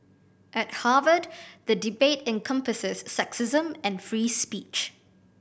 at Harvard the debate encompasses sexism and free speech